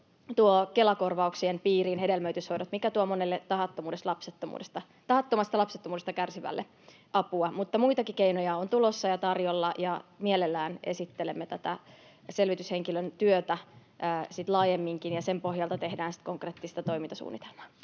tuo Kela-korvauksien piiriin hedelmöityshoidot, mikä tuo monelle tahattomasta lapsettomuudesta kärsivälle apua, mutta muitakin keinoja on tulossa ja tarjolla, ja mielellämme esittelemme tätä selvityshenkilön työtä sitten laajemminkin, ja sen pohjalta tehdään sitä konkreettista toimintasuunnitelmaa.